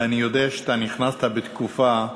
ואני יודע שאתה נכנסת בתקופה,